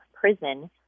prison